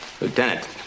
Lieutenant